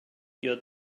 your